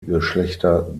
geschlechter